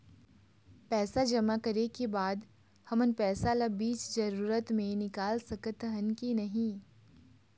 पैसा जमा करे के बाद हमन पैसा ला बीच जरूरत मे निकाल सकत हन की नहीं?